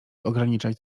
ograniczać